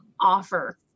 offer